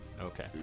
okay